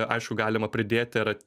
aišku galima pridėti ar